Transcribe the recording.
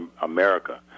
America